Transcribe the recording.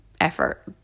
effort